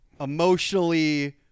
emotionally